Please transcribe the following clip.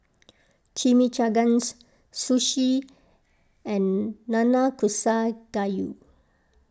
Chimichangas Sushi and Nanakusa Gayu